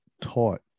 taught